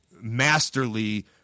masterly